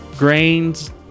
Grains